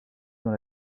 dans